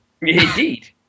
Indeed